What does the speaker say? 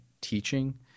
teaching